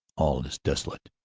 all is desolate.